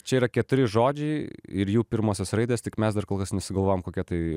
čia yra keturi žodžiai ir jų pirmosios raidės tik mes dar kol kas nesugalvojom kokie tai